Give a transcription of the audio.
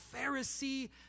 Pharisee